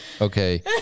Okay